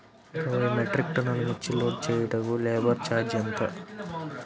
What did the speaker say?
ఇరవై మెట్రిక్ టన్నులు మిర్చి లోడ్ చేయుటకు లేబర్ ఛార్జ్ ఎంత?